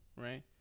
Right